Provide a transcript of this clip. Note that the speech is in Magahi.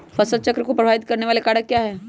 फसल चक्र को प्रभावित करने वाले कारक क्या है?